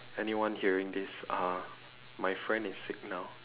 anyone hearing this uh my friend is sick now